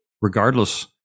regardless